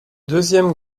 deuxième